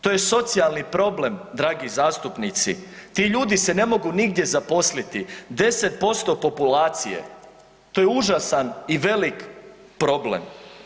To je socijalni problem dragi zastupnici, ti ljudi se ne mogu nigdje zaposliti, 10% populacije, to je užasan i velik problem.